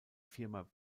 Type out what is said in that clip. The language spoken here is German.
firma